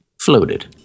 floated